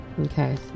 Okay